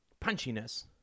punchiness